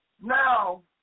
Now